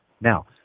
Now